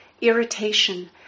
irritation